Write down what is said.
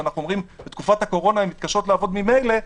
שאנחנו אומרים שבתקופת הקורונה הן מתקשות ממילא לעבוד,